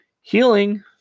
healing